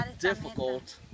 difficult